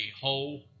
whole